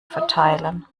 verteilen